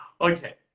Okay